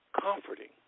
Comforting